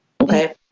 Okay